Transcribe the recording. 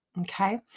okay